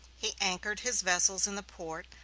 he anchored his vessels in the port,